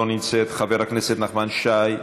לא נמצאת, חבר הכנסת נחמן שי,